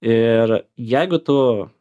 ir jeigu tu